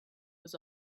was